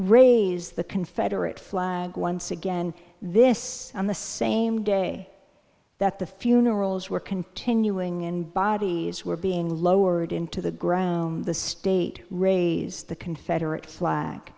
raise the confederate flag once again this on the same day that the funerals were continuing in bodies were being lowered into the groom the state raised the confederate flag